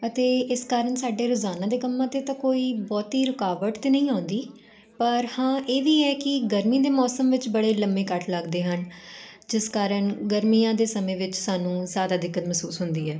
ਅਤੇ ਇਸ ਕਾਰਨ ਸਾਡੇ ਰੋਜ਼ਾਨਾ ਦੇ ਕੰਮਾਂ ਤੇ ਤਾਂ ਕੋਈ ਬਹੁਤੀ ਰੁਕਾਵਟ ਤੇ ਨਹੀਂ ਆਉਂਦੀ ਪਰ ਹਾਂ ਇਹ ਵੀ ਹੈ ਕੀ ਗਰਮੀ ਦੇ ਮੌਸਮ ਵਿੱਚ ਬੜੇ ਲੰਬੇ ਕੱਟ ਲੱਗਦੇ ਹਨ ਜਿਸ ਕਾਰਨ ਗਰਮੀਆਂ ਦੇ ਸਮੇਂ ਵਿੱਚ ਸਾਨੂੰ ਜਿਆਦਾ ਦਿੱਕਤ ਮਹਿਸੂਸ ਹੁੰਦੀ ਹੈ